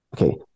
okay